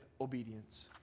obedience